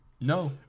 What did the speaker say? No